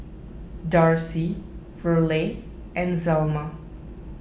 Darcie Verle and Zelma